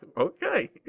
Okay